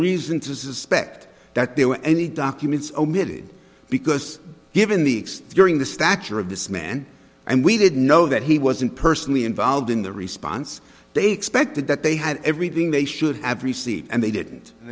reason to suspect that there were any documents omitted because given the exterior the stature of this man and we did know that he wasn't personally involved in the response they expected that they had everything they should have received and they didn't